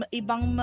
ibang